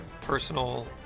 personal